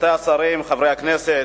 רבותי השרים, חברי הכנסת,